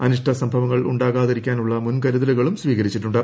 അനിഷ്ട സംഭവങ്ങൾ ഉണ്ടാകാതിരിക്കാനുള്ള മുൻകരുതലുകളും സ്വീകരിച്ചിട്ടുണ്ട്